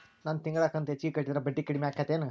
ನನ್ ತಿಂಗಳ ಕಂತ ಹೆಚ್ಚಿಗೆ ಕಟ್ಟಿದ್ರ ಬಡ್ಡಿ ಕಡಿಮಿ ಆಕ್ಕೆತೇನು?